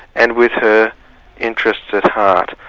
and with her interests at heart.